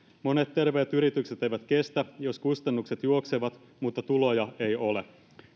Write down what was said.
monet terveet yritykset eivät kestä jos kustannukset juoksevat mutta tuloja ei ole